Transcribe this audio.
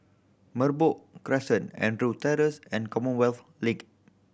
Merbok Crescent Andrew Terrace and Commonwealth Link